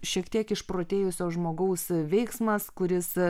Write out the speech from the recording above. šiek tiek išprotėjusio žmogaus veiksmas kuris